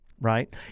right